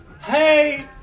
Hey